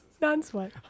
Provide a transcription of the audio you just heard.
non-sweat